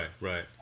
right